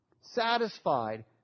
satisfied